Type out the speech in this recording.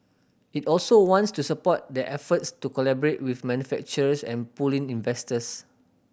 it also wants to support their efforts to collaborate with manufacturers and pull in investors